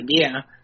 idea